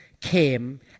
came